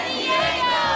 Diego